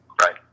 Right